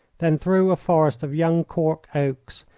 then through a forest of young cork oaks,